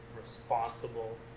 responsible